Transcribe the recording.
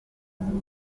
senderi